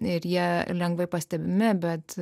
ir jie lengvai pastebimi bet